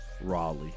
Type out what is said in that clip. Raleigh